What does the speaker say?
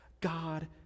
God